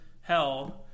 hell